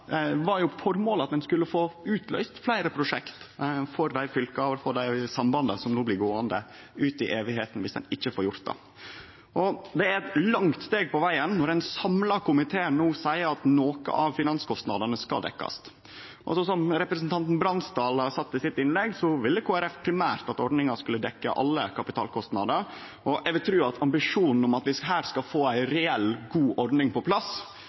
formålet at ein skulle få utløyst fleire prosjekt for dei fylka og for dei sambanda som no blir gåande ut i æva dersom ein ikkje får gjort det. Det er eit langt steg på vegen når ein samla komité no seier at noko av finanskostnadene skal dekkjast. Som representanten Bransdal sa i innlegget sitt, ville Kristeleg Folkeparti primært at ordninga skulle dekkje alle kapitalkostnadene, og eg vil tru at ambisjonen om at vi her skal få ei reell, god ordning på plass,